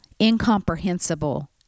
incomprehensible